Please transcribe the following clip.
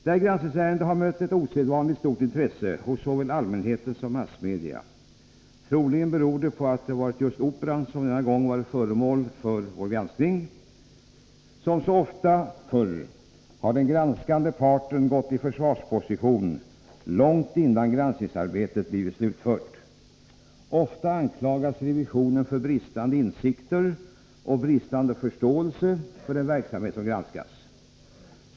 Detta granskningsärende har mött ett osedvanligt stort intresse hos såväl allmänheten som massmedia. Troligen beror det på att det varit just Operan som denna gång varit föremål för vår granskning. Som så ofta förr har den granskande parten gått i försvarsposition långt innan granskningsarbetet blivit slutfört. Ofta anklagas revisionen för bristande insikter och bristande förståelse för den verksamhet som granskas.